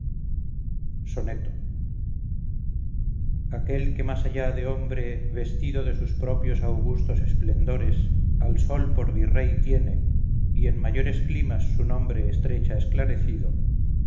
soneto aquel que más allá de hombre vestido de sus propios augustos esplendores al sol por virrey tiene y en mayores climas su nombre estrecha esclarecido